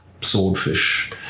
swordfish